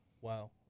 Wow